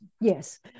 yes